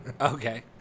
Okay